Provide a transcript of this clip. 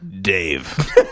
Dave